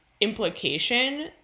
implication